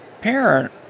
parent